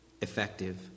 effective